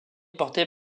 porté